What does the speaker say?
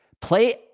Play